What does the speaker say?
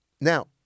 Now